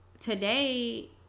today